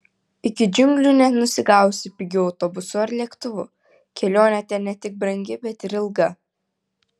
iki džiunglių nenusigausi pigiu autobusu ar lėktuvu kelionė ten ne tik brangi bet ir ilga